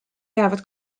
jäävad